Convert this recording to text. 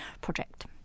project